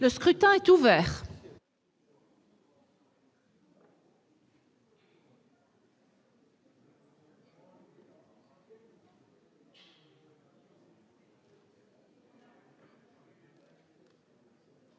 Le scrutin est ouvert.